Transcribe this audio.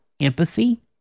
empathy